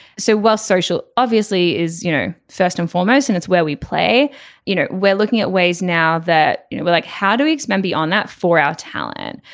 so while social obviously is you know first and foremost and it's where we play you know we're looking at ways now that you know we're like how do we expand beyond that for our talent.